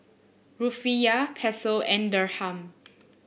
Rufiyaa Peso and Dirham